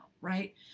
right